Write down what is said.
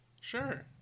sure